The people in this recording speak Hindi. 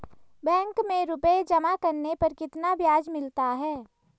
बैंक में रुपये जमा करने पर कितना ब्याज मिलता है?